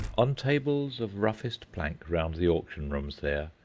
on tables of roughest plank round the auction-rooms there,